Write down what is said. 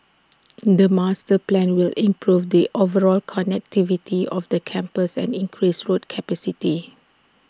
the master plan will improve the overall connectivity of the campus and increase road capacity